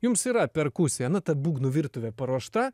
jums yra perkusija na ta būgnų virtuvė paruošta